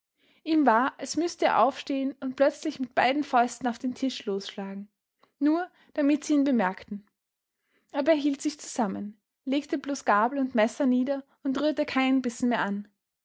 ihm war als müßte er aufstehen und plötzlich mit beiden fäusten auf den tisch losschlagen nur damit sie ihn bemerkten aber er hielt sich zusammen legte bloß gabel und messer nieder und rührte keinen bissen mehr an